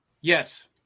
Yes